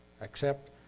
accept